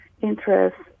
interest